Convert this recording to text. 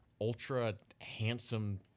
ultra-handsome